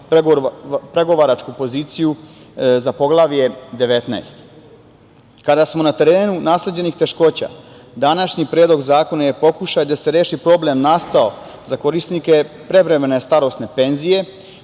pregovaračku poziciju za Poglavlje 19.Kada smo na terenu nasleđenih teškoća, današnji Predlog zakona je pokušaj da se reši problem nastao za korisnike prevremene starosne penzije,